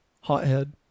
Hothead